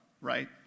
right